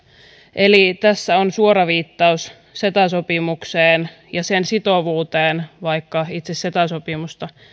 eli tässä on suora viittaus ceta sopimukseen ja sen sitovuuteen vaikka itse ceta sopimusta